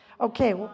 Okay